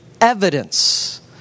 evidence